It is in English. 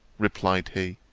replied he